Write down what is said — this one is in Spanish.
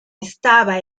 estaba